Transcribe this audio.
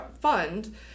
fund